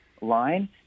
line